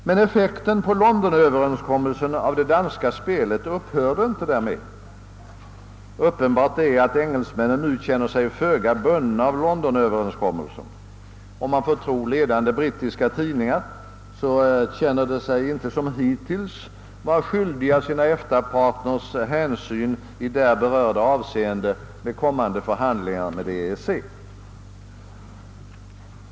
Men effekten på Londonöverenskommelsen av det danska utspelet upphörde inte därmed. Uppenbart är att engelsmännen nu känner sig föga bundna av denna överenskommelse. Om man får tro ledande brittiska tidningar känner britterna sig inte som hittills vara skyldiga sina EFTA-partners hänsyn i berörda avseende vid kommande förhandlingar med EEC.